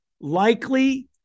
likely